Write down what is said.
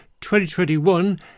2021